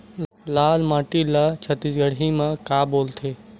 लाल माटी ला छत्तीसगढ़ी मा का बोलथे?